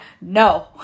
no